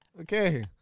Okay